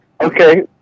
Okay